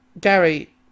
Gary